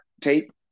tape